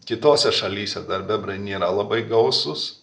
kitose šalyse dar bebrai nėra labai gausūs